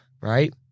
right